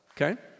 okay